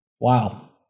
Wow